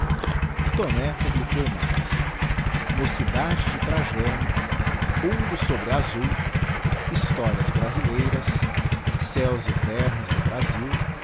taunay publicou mais mocidade de trajano ouro sobre asul histoi ias brasileiras céus e terras do brasil